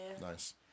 Nice